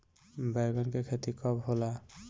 बैंगन के खेती कब होला?